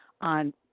on